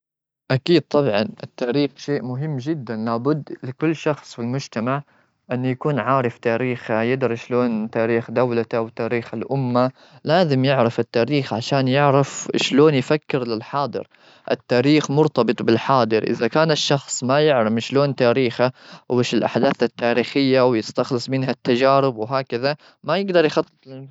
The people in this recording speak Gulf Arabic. أكيد، طبعا، التغريب شيء مهم جدا. لابد لكل شخص في المجتمع أن يكون عارف تاريخه، يدرس شلون تاريخ دولته وتاريخ الأمة؟ لازم يعرف التاريخ عشان يعرف شلون يفكر للحاضر؟ التاريخ مرتبط بالحاضر. إذا الشخص ما يعرف شلون تاريخهظ وش الأحداث التاريخية؟ ويستخلص منها التجارب، وهكذا، ما يقدر يخطط للمستقبل زين.